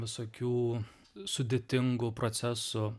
visokių sudėtingų procesų